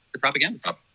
propaganda